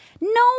no